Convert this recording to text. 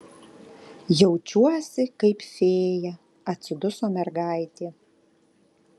jaučiuosi kaip fėja atsiduso mergaitė